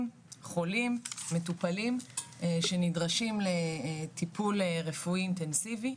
חולים מטופלים שנדרשים לטיפול רפואי אינטנסיבי,